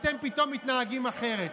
אתם פתאום מתנהגים אחרת.